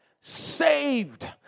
saved